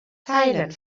silent